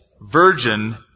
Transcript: virgin